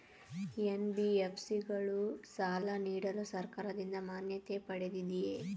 NBFC ಗಳು ಸಾಲ ನೀಡಲು ಸರ್ಕಾರದಿಂದ ಮಾನ್ಯತೆ ಪಡೆದಿವೆಯೇ?